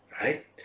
right